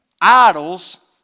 idols